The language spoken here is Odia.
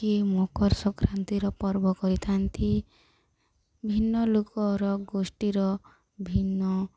କିଏ ମକର ସଂକ୍ରାନ୍ତିର ପର୍ବ କରିଥାନ୍ତି ଭିନ୍ନ ଲୋକର ଗୋଷ୍ଠୀର ଭିନ୍ନ